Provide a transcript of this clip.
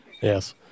yes